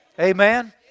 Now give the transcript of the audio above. Amen